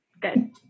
Good